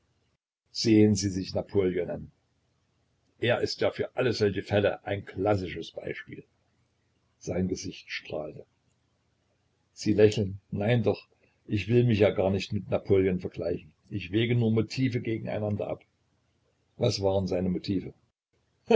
sehen sie sich napoleon an er ist ja für alle solche fälle ein klassisches beispiel sein gesicht strahlte sie lächeln nein doch ich will mich ja gar nicht mit napoleon vergleichen ich wäge nur motive gegen einander ab was waren seine motive